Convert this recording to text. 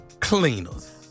cleaners